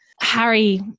Harry